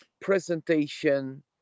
presentation